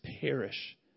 perish